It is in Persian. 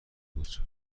بود